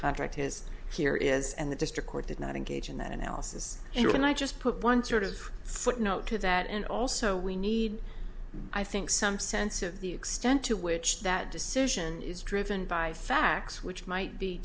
contract is here is and the district court did not engage in that analysis and can i just put one sort of footnote to that and also we need i think some sense of the extent to which that decision is driven by facts which might be